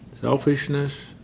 Selfishness